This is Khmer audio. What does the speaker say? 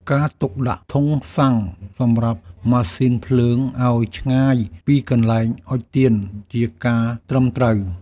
ការទុកដាក់ធុងសាំងសម្រាប់ម៉ាស៊ីនភ្លើងឱ្យឆ្ងាយពីកន្លែងអុជទៀន ជាការត្រឹមត្រូវ។